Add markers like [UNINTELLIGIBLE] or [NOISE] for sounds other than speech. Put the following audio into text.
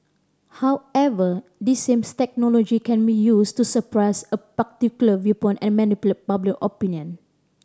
however this same [UNINTELLIGIBLE] technology can be used to suppress a particular viewpoint and manipulate public opinion